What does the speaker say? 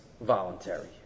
voluntary